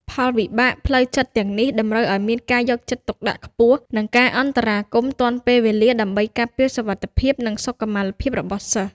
ផលវិបាកផ្លូវចិត្តទាំងនេះតម្រូវឱ្យមានការយកចិត្តទុកដាក់ខ្ពស់ និងការអន្តរាគមន៍ទាន់ពេលវេលាដើម្បីការពារសុវត្ថិភាព និងសុខុមាលភាពរបស់សិស្ស។